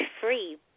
free